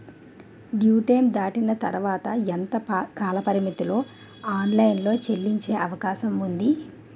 Due date దాటిన తర్వాత ఎంత కాలపరిమితిలో ఆన్ లైన్ లో చెల్లించే అవకాశం వుంది?